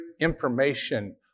information